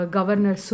Governor